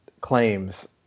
claims